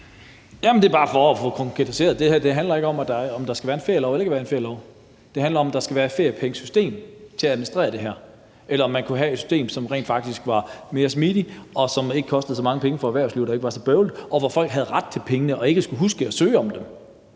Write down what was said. Det er bare for at få konkretiseret, at det her ikke handler om, om der skal være eller ikke være en ferielov. Det handler om, om der skal være et feriepengesystem til at administrere det her, eller om man kunne have et system, som rent faktisk var mere smidigt, og som ikke kostede så mange penge for erhvervslivet og ikke var så bøvlet, og hvor folk havde ret til pengene og ikke skulle huske at søge om dem.